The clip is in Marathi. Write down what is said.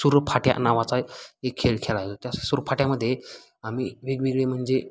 सुरफाट्या नावाचा एक खेळ खेळायचो त्या सुरफाट्यामध्ये आम्ही वेगवेगळे म्हणजे